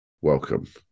welcome